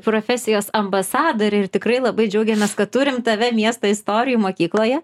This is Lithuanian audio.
profesijos ambasadorė ir tikrai labai džiaugiamės kad turim tave miesto istorijų mokykloje